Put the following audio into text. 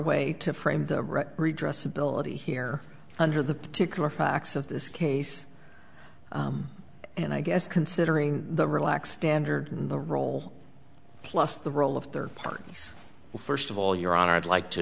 way to frame the redress ability here under the particular facts of this case and i guess considering the relaxed standard in the role plus the role of third parties first of all your honor i'd like to